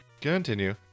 Continue